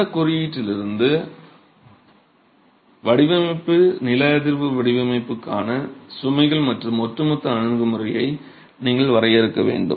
இந்தக் குறியீட்டிலிருந்து வடிவமைப்பு நில அதிர்வு வடிவமைப்புக்கான சுமைகள் மற்றும் ஒட்டுமொத்த அணுகுமுறையை நீங்கள் வரையறுக்க வேண்டும்